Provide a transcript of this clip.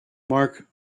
marc